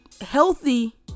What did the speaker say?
healthy